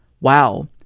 wow